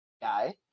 guy